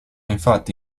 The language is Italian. infatti